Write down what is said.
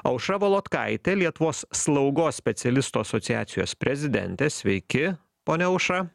aušra volodkaitė lietuvos slaugos specialistų asociacijos prezidentė sveiki ponia aušra